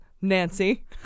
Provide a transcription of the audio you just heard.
nancy